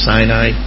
Sinai